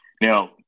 Now